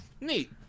Neat